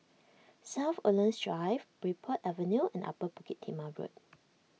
South Woodlands Drive Bridport Avenue and Upper Bukit Timah Road